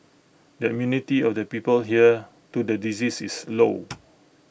the immunity of the people here to the disease is low